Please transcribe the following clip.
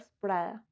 Prada